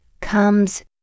comes